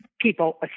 people